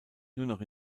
noch